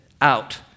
out